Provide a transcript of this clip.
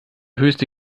höchste